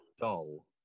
dull